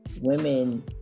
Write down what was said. women